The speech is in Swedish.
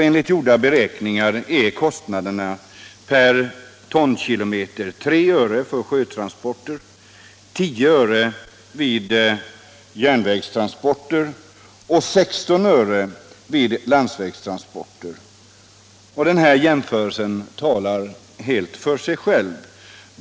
Enligt gjorda beräkningar är kostnaderna per tonkilometer 3 öre vid sjötransporter, 10 öre vid järnvägstransporter och 16 öre vid landsvägstransporter. Den här jämförelsen talar helt för sig själv.